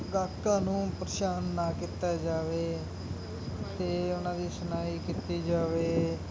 ਗਾਹਕਾਂ ਨੂੰ ਪਰੇਸ਼ਾਨ ਨਾ ਕੀਤਾ ਜਾਵੇ ਅਤੇ ਉਹਨਾਂ ਦੀ ਸੁਣਵਾਈ ਕੀਤੀ ਜਾਵੇ